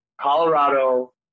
Colorado